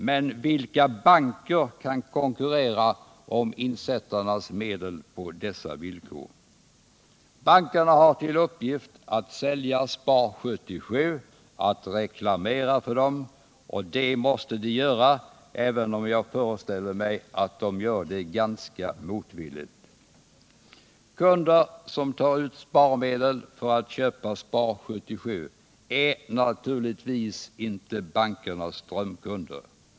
Men vilka banker kan konkurrera om insättarnas medel på dessa villkor? Bankerna har till uppgift att sälja Spar 78, att reklamera för dem. Det måste de göra, även om jag föreställer mig att de gör det ganska motvilligt. Kunder som tar ut sparmedel för att köpa Spar 77 är naturligtvis inte bankernas drömkunder.